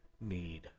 need